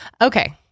okay